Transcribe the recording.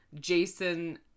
Jason